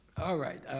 alright.